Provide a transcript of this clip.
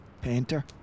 painter